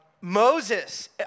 Moses